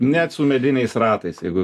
net su mediniais ratais jeigu